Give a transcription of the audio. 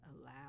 allow